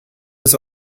was